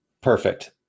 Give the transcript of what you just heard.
perfect